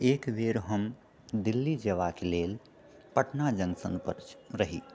एक बेर हम दिल्ली जेबाके लेल पटना जङ्क्शन पर रही